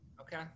Okay